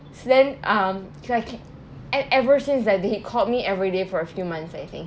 so then um should I keep and ever since then he called me every day for a few months I think